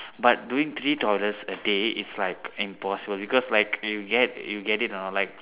but doing three toilets a day is like impossible because like you get you get it a not like